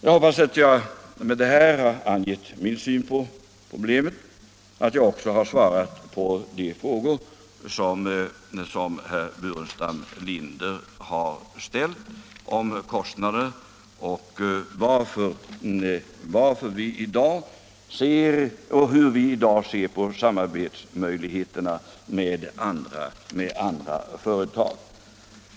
Jag har med detta velat ge min syn på problemet, och jag hoppas att jag också har svarat på de frågor som herr Burenstam Linder har ställt om kostnaderna och hur vi i dag ser på möjligheterna till samarbete med andra företag.